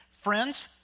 Friends